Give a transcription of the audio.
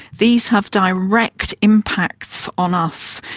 these have direct impacts on us,